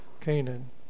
Canaan